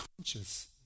conscious